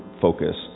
focus